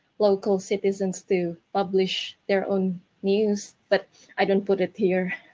local citizens to publish their own news but i don't put it here.